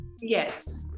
yes